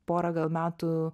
porą metų